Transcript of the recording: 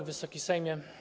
Wysoki Sejmie!